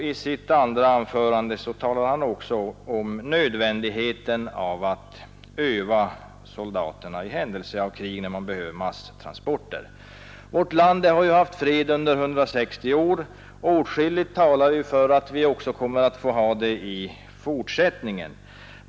I sitt andra anförande talar han också om nödvändigheten av att öva soldaterna, eftersom man behöver masstransporter i händelse av krig. Vårt land har ju haft fred under 160 år, och åtskilligt talar för att vi kommer att få ha det också i fortsättningen.